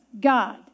God